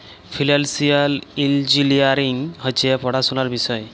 financial engineering হছে পড়াশুলার বিষয়